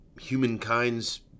humankind's